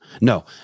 No